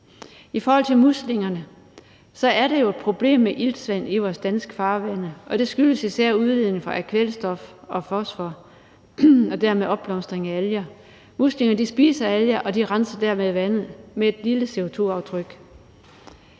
I forhold til muslingerne er der jo et problem med iltsvind i vores danske farvande, og det skyldes især udledningen af kvælstof og fosfor og dermed opblomstringen af alger. Muslinger spiser alger, og de renser dermed vandet med et lille CO2-aftryk.